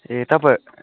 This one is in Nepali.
ए तपाईँ